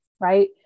right